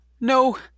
no